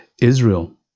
Israel